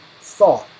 thought